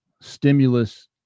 stimulus